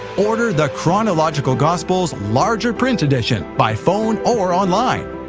order the chronological gospels larger print edition by phone or online.